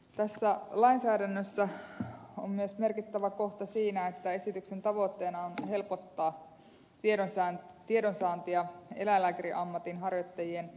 tässä lainsäädännössä on myös merkittävä kohta siinä että esityksen tavoitteena on helpottaa tiedonsaantia eläinlääkäriammatin harjoittajien ammatinharjoittamisoikeudesta